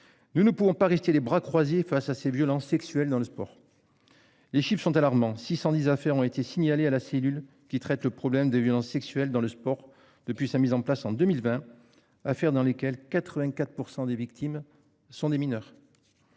Nous ne pouvons pas rester les bras croisés face à ces violences sexuelles dans le sport. Les chiffres sont alarmants, 610 affaires ont été signalés à la cellule qui traite le problème des violences sexuelles dans le sport. Depuis sa mise en place en 2020 affaires dans lesquelles 84% des victimes sont des mineurs.